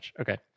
Okay